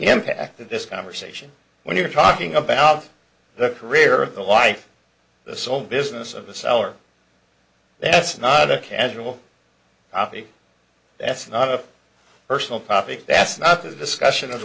impact of this conversation when you're talking about the career of the wife the sole business of the seller that's not a casual coffee that's not a personal topic that's not the discussion of